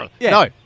no